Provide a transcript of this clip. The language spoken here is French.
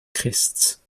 christ